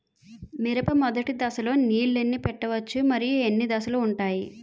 మిరప మొదటి దశలో నీళ్ళని పెట్టవచ్చా? మరియు ఎన్ని దశలు ఉంటాయి?